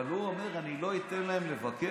אבל הוא אומר: אני לא אתן להם לבקר?